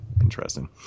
interesting